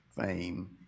fame